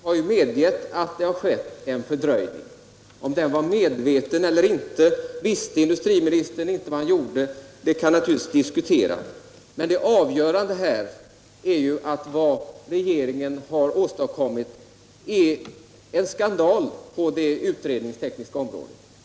Herr talman! Industriministern har ju medgett att det har skett en fördröjning. Om den var medveten eller inte, om industriministern visste vad han gjorde eller inte kan naturligtvis diskuteras. Men det avgörande är att regeringen har åstadkommit en utredningsskandal.